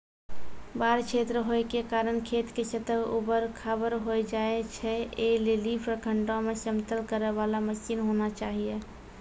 बाढ़ क्षेत्र होय के कारण खेत के सतह ऊबड़ खाबड़ होय जाए छैय, ऐ लेली प्रखंडों मे समतल करे वाला मसीन होना चाहिए?